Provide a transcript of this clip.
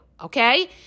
okay